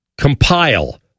compile